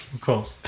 Cool